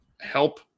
help